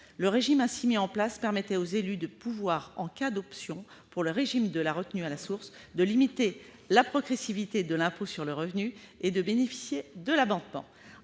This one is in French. la source. Ce système permettait aux élus locaux, en cas d'option pour le régime de la retenue à la source, de limiter la progressivité de l'impôt sur le revenu et de bénéficier de l'abattement.